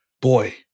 boy